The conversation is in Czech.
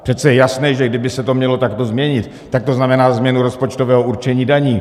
Přece je jasné, že kdyby se to mělo takto změnit, tak to znamená změnu rozpočtového určení daní.